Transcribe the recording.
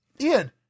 Ian